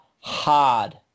hard